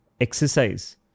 exercise